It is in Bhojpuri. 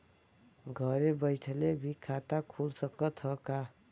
घरे बइठले भी खाता खुल सकत ह का?